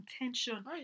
intention